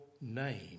name